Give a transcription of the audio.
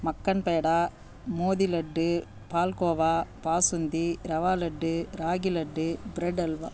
Maken peda moti laddu palkova basundi rava laddu ragi laddu bread halwa